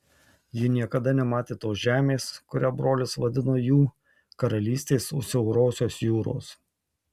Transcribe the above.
ji niekada nematė tos žemės kurią brolis vadino jų karalystės už siaurosios jūros